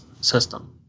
system